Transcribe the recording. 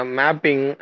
mapping